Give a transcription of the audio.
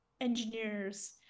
engineers